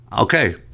Okay